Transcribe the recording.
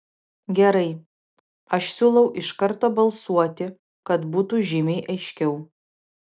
gerai aš siūlau iš karto balsuoti kad būtų žymiai aiškiau